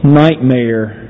nightmare